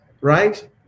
right